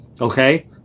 Okay